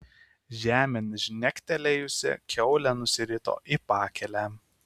žemėn žnektelėjusi kiaulė nusirito į pakelę